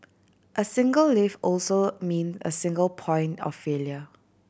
a single lift also mean a single point of failure